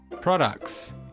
Products